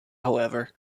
however